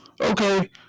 okay